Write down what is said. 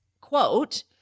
quote